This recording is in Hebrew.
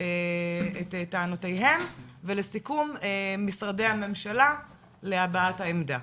את טענותיהם ולסיכום משרדי הממשלה להבעת העמדה.